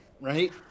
right